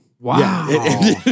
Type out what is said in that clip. Wow